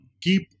keep